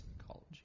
Psychology